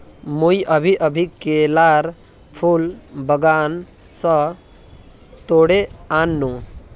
मुई अभी अभी केलार फूल बागान स तोड़े आन नु